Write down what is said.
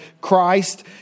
Christ